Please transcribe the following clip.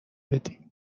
بدی